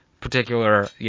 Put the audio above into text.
particular